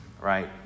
right